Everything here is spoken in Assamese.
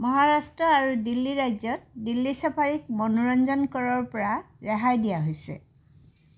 মহাৰাষ্ট্ৰ আৰু দিল্লী ৰাজ্যত দিল্লী ছাফাৰীক মনোৰঞ্জন কৰৰ পৰা ৰেহাই দিয়া হৈছে